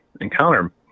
encounter